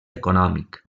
econòmic